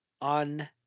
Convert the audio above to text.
on